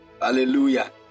Hallelujah